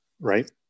right